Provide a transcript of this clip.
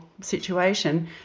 situation